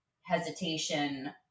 hesitation